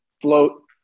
float